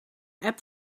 app